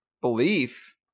belief